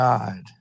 God